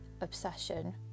obsession